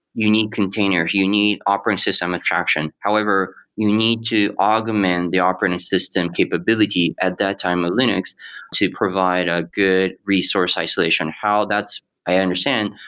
you need containers, you need operating system interaction. however, you need to augment the operating system capability at that time ah linux to provide a good resource isolation. how that's i understand,